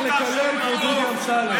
העברנו תקציב.